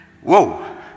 Whoa